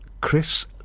Chris